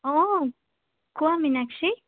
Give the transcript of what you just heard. অঁ কোৱা মিনাক্ষী